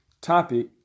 topic